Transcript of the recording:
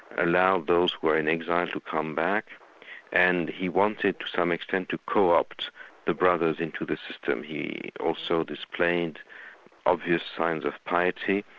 allowed those who were in exile to come back and he wanted to some extent, to co-opt the brothers into the system. he also displayed of his signs of piety,